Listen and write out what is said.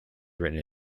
written